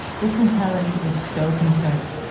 this mentality is so concerning,